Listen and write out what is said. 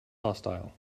hostile